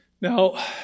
Now